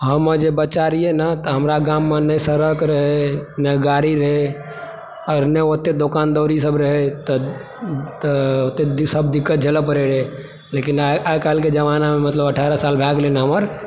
हम जे बच्चा रहिए न तऽ हमरा गाममे नहि सड़क रहै नहि गाड़ी रहै आओर नहि ओतेए दोकान दौरिसभ रहय तऽ तऽ ईभ दिक्कत झेलय पड़य रहय लेकिन आइ आइ काल्हिके जमानामे मतलब अठारह साल भऽ गेलय न हमर